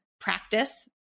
practice